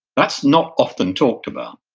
that's not often talked about.